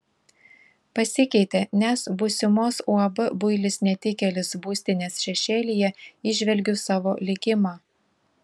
pasikeitė nes būsimos uab builis netikėlis būstinės šešėlyje įžvelgiu savo likimą